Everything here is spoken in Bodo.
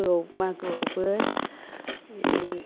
मागोआवबो ऐ